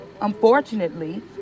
unfortunately